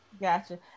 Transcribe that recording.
gotcha